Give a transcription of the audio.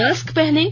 mask पहनें